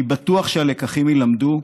אני בטוח שהלקחים יילמדו,